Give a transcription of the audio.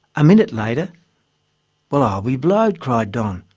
a minute later well i'll be blowed cried don,